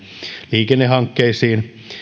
liikennehankkeisiin